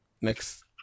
next